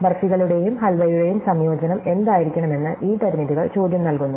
ബാർഫികളുടെയും ഹൽവയുടെയും സംയോജനം എന്തായിരിക്കണമെന്ന് ഈ പരിമിതികൾ ചോദ്യം നൽകുന്നു